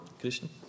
Christian